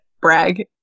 brag